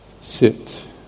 sit